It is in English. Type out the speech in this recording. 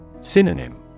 Synonym